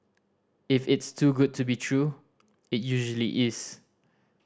if it's too good to be true it usually is